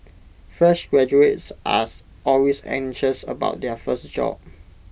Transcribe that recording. fresh graduates are always anxious about their first job